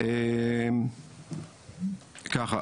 כאן,